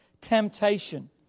temptation